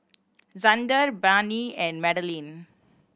Zander Barnie and Madeline